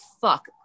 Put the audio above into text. fuck